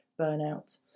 burnout